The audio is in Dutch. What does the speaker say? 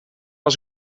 als